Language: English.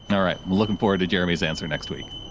and all right. i'm looking forward to jeremy's answer next week.